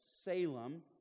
Salem